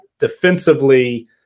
defensively